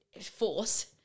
force